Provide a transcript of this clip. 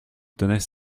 tenaient